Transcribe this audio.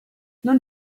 non